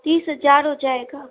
तीस हजार हो जाएगा